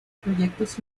proyectos